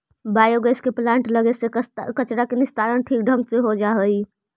biogas के plant लगे से कचरा के निस्तारण ठीक ढंग से हो जा हई